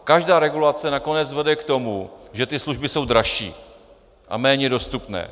Každá regulace nakonec vede k tomu, že služby jsou dražší a méně dostupné.